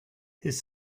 his